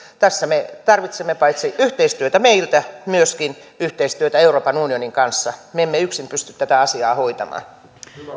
me tarvitsemme paitsi yhteistyötä meillä myöskin yhteistyötä euroopan unionin kanssa me emme yksin pysty tätä tätä asiaa hoitamaan